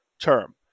term